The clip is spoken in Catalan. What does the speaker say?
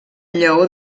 llaor